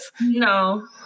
No